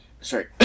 sorry